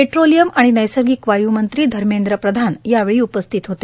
petroleum आणि नैसर्गिक वायू मंत्री धर्मेंद्र प्रधान यावेळी उपस्थित होते